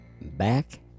back